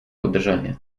uderzenie